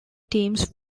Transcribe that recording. teams